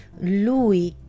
Lui